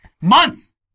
months